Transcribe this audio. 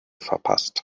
verpasst